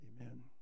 amen